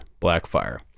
blackfire